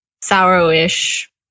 sourish